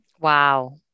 Wow